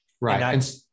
Right